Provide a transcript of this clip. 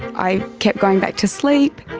i kept going back to sleep.